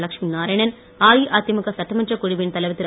லட்சுமிநாராயணன் அஇஅதிமுக சட்டமன்றக் குழுவின் தலைவர் திரு